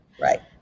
Right